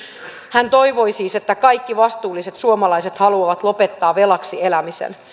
hän toivoi siis että kaikki vastuulliset suomalaiset haluavat lopettaa velaksi elämisen